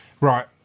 right